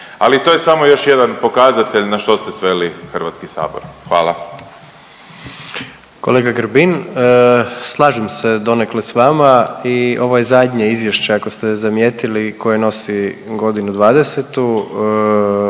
ali to je još samo jedan pokazatelj na što ste sveli HS. Hvala. **Jandroković, Gordan (HDZ)** Kolega Grbin slažem se donekle s vama i ovo je zadnje izvješće ako ste zamijetili koje nosi godinu '20.,